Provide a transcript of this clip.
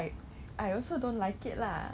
orh thermometer